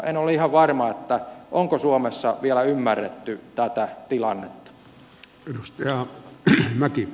en ole ihan varma onko suomessa vielä ymmärretty tätä tilannetta